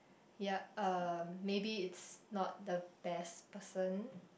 yeah uh maybe it's not the best person